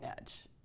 edge